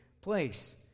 place